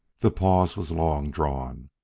the pause was long-drawn,